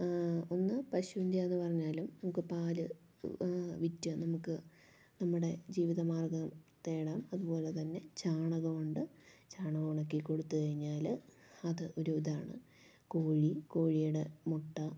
ഒന്ന് പശുവിൻ്റെയാ എന്ന് പറഞ്ഞാലും നമുക്ക് പാൽ വിറ്റ് നമുക്ക് നമ്മുടെ ജീവിതമാർഗം തേടാം അതുപോലെ തന്നെ ചാണകവും ഉണ്ട് ചാണകം ഉണക്കി കൊടുത്തു കഴിഞ്ഞാൽ അത് ഒരു ഇതാണ് കോഴി കോഴിയുടെ മുട്ട